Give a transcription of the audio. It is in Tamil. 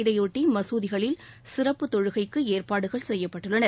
இதையொட்டி மசூதிகளில் சிறப்பு தொழுகைக்கு ஏற்பாடுகள் செய்யப்பட்டுள்ளன